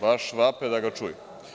Baš vape da ga čuju.